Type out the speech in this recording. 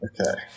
Okay